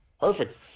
Perfect